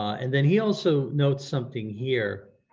and then he also notes something here,